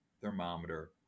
thermometer